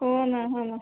हो ना हां ना